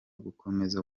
gukomeza